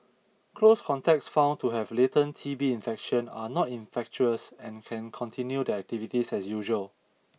close contacts found to have latent T B infection are not infectious and can continue their activities as usual